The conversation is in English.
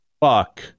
fuck